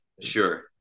sure